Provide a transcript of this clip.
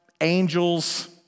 angels